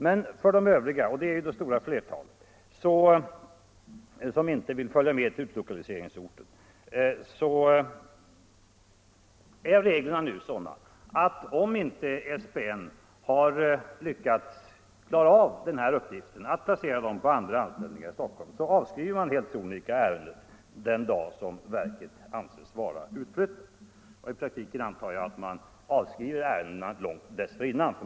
Men för övriga som inte kommer att följa med till utlokaliseringsorten är reglerna sådana, att om inte SPN har lyckats klara av uppgiften att placera dem på andra anställningar i Stockholm så avskriver man helt sonika ärendet den dag då verket anses vara utflyttat. Jag antar att man i praktiken avskriver ärendena långt dessförinnan.